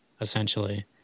essentially